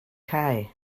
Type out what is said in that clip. cae